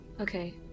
Okay